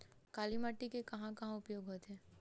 काली माटी के कहां कहा उपयोग होथे?